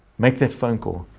make that phone call.